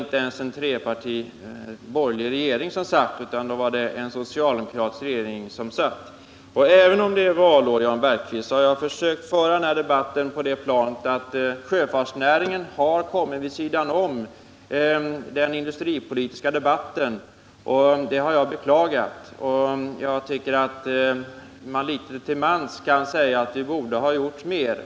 Då hade vi inte en borgerlig utan en socialdemokratisk regering. Även om det är valår i år, Jan Bergqvist, har jag försökt föra den här debatten på ett realistiskt plan. Jag har försökt visa att sjöfartsnäringen har kommit vid sidan om den industripolitiska debatten. Det har jag beklagat, och jag tycker att vi litet till mans kan säga att vi borde ha gjort mer.